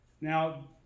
Now